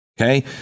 Okay